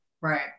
Right